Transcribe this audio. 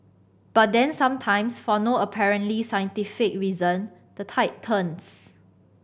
but then sometimes for no apparently scientific reason the tide turns